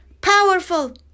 Powerful